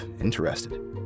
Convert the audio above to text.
interested